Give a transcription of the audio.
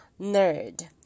nerd